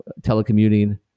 telecommuting